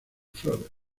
flores